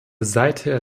seither